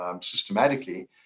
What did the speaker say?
systematically